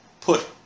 put